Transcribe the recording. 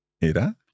era